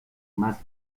más